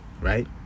Right